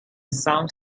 some